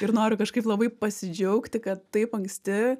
ir noriu kažkaip labai pasidžiaugti kad taip anksti